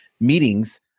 meetings